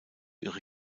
ihre